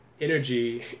energy